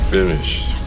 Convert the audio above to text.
Finished